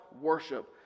worship